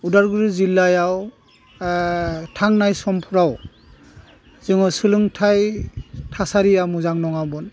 अदालगुरि जिल्लायाव थांनाय समफ्राव जोङो सोलोंथाइ थासारिया मोजां नङामोन